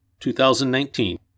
2019